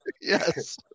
Yes